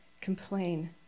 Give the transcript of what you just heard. complain